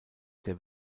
der